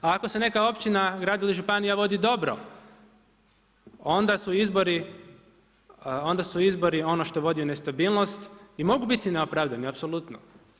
Ako se neka općina, grad ili županija vodi dobro onda su izbori ono što vodi u nestabilnost i mogu biti neopravdani, apsolutno.